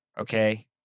Okay